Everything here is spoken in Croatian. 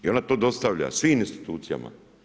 I ona to dostavlja svim institucijama.